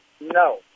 No